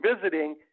visiting